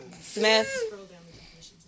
Smith